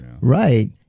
Right